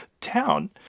town